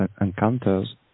encounters